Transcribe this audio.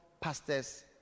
pastors